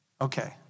Okay